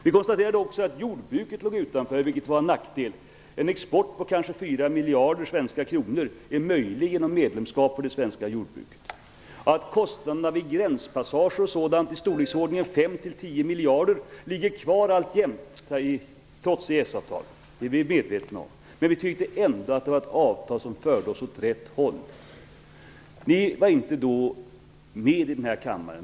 Vi konstaterade också att jordbruket låg utanför avtalet, vilket var en nackdel. En export på kanske 4 miljarder svenska kronor är möjlig för det svenska jordbruket vid ett medlemskap. Att kostnaderna vid gränspassager och liknande med i storleksordningen 5-10 miljarder alltjämt ligger kvar trots EES-avtalet är vi medvetna om. Men vi tyckte ändå att det var ett avtal som förde oss åt rätt håll. Ni var då inte med i denna kammare.